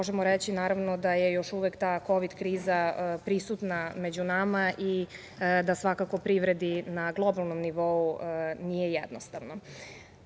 možemo reći naravno da je još uvek ta kovid kriza prisutna među nama i da svakako privredni na globalnom nivou nije jednostavno. Priznaćete,